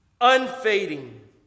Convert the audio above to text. unfading